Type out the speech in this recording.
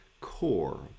core